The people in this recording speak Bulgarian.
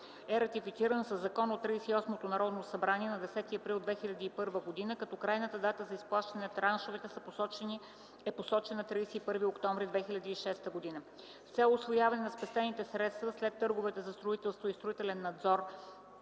е ратифициран със закон от 38-ото Народно събрание на 10 април 2001 г. Като крайна дата за изплащане на траншове е посочена 31 октомври 2006 r. С цел усвояване на спестените средства след търговете за строителство и строителен надзор